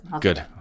Good